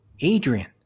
Adrian